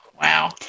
Wow